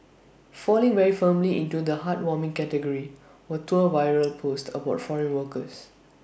falling very firmly into the heartwarming category were two viral posts about foreign workers